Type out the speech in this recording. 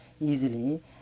easily